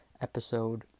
episode